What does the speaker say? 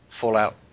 Fallout